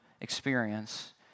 experience